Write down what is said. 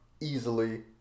easily